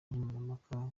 nkemurampaka